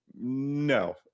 No